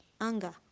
anger